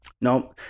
No